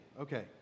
Okay